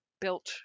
built